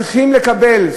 צריכים לקבל,